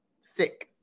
sick